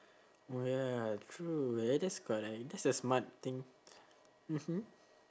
oh ya true eh that's correct that's a smart thing mmhmm